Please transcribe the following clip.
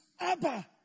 Abba